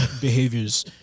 behaviors